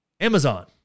Amazon